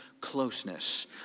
closeness